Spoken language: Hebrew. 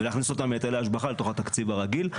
ולהכניס אותם מהיטלי השבחה לתוך התקציב הרגיל.